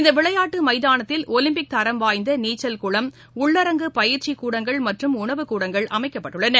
இந்தவிளையாட்டுமைதானத்தில் Olympic தரம் வாய்ந்தநீச்சல் குளம் உள்ளரங்கு பயிற்சிக் கூடங்கள் மற்றும் உணவுக்கூடங்கள் அமைக்கப்பட்டுள்ளன